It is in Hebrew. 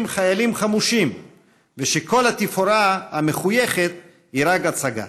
חיילים חמושים וכל התפאורה המחויכת היא רק הצגה?